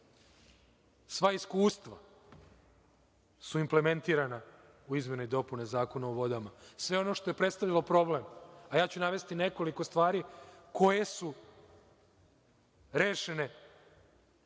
sva iskustva su implementirana u izmene i dopune Zakona o vodama. Sve ono što je predstavljalo problem, a navešću nekoliko stvari koje su rešene